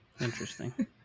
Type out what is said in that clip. Interesting